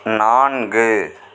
நான்கு